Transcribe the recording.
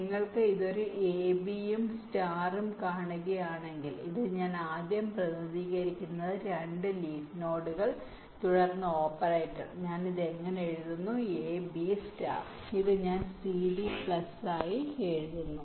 നിങ്ങൾ ഇത് ഒരു A B യും സ്റ്റാറും കാണുകയാണെങ്കിൽ ഇത് ഞാൻ ആദ്യം പ്രതിനിധീകരിക്കുന്നത് 2 ലീവ് നോഡുകൾ തുടർന്ന് ഓപ്പറേറ്റർ ഞാൻ ഇത് ഇങ്ങനെ എഴുതുന്നു A B സ്റ്റാർ ഇത് ഞാൻ C D പ്ലസ് ആയി എഴുതുന്നു